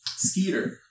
Skeeter